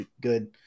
good